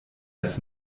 als